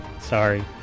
Sorry